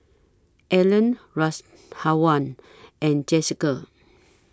Allan Rashawn and Jesica